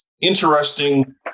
interesting